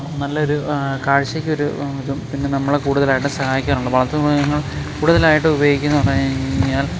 നല്ല ഒരു കാഴ്ച്ചക്ക് ഒരു ഇതും പിന്നെ നമ്മളെ കൂടുതലായിട്ടും സഹായിക്കാറുണ്ട് വളർത്തു മൃഗങ്ങൾ കൂടുതലായിട്ടും ഉപയോഗിക്കുന്നതെന്ന് പറഞ്ഞു കഴിഞ്ഞാൽ